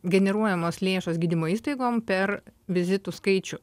generuojamos lėšos gydymo įstaigom per vizitų skaičių